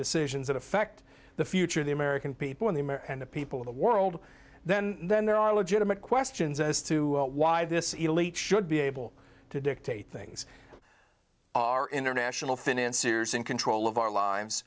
decisions that affect the future of the american people in the mirror and the people of the world then then there are legitimate questions as to why this elite should be able to dictate things are international finance sears in control of our lives